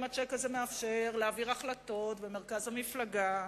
אם הצ'ק הזה מאפשר להעביר החלטות במרכז המפלגה,